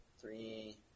three